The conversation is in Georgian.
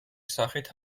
სახით